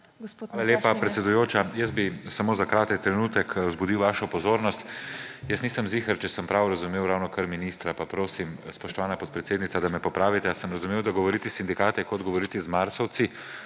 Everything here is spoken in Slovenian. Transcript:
Hvala lepa, predsedujoča. Samo za kratek trenutek bi vzbudil vašo pozornost. Nisem prepričan, če sem prav razumel ravnokar ministra, pa prosim, spoštovana podpredsednica, da me popravite. A sem razumel, da govoriti s sindikati je kot govoriti z marsovci?